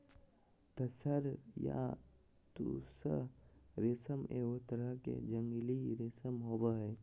तसर या तुसह रेशम एगो तरह के जंगली रेशम होबो हइ